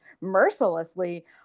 mercilessly